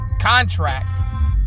contract